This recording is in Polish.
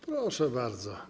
Proszę bardzo.